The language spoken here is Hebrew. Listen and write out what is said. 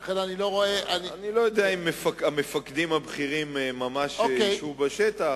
אני לא יודע אם המפקדים הבכירים ממש ישבו בשטח,